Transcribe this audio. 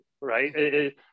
right